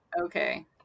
Okay